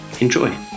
Enjoy